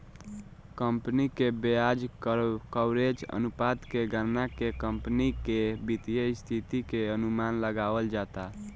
company के ब्याज coverage अनुपात के गणना के कंपनी के वित्तीय स्थिति के अनुमान लगावल जाता